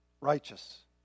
righteous